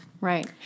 Right